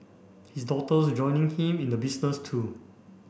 his daughter's joining him in the business too